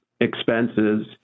expenses